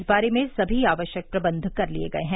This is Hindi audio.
इस बारे में सभी आवश्यक प्रबंध कर लिए गए हैं